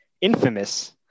infamous